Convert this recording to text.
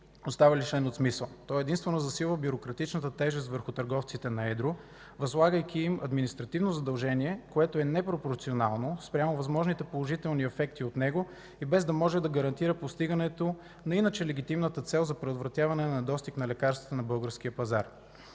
остава лишен от смисъл. Той единствено засилва бюрократичната тежест върху търговците на едро, възлагайки им административно задължение, което е непропорционално спрямо възможните положителни ефекти от него и без да може да гарантира постигането на иначе легитимната цел за предотвратяване на недостиг на лекарства на българския пазар.